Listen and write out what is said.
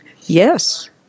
Yes